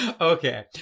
Okay